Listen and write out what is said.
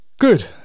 Good